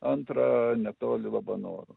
antrą netoli labanoro